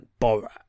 Borat